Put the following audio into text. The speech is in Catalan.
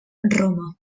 roma